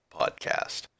podcast